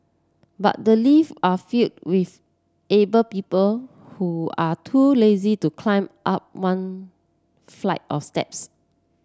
but the lift are filled with able people who are too lazy to climb up one flight of steps